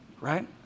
right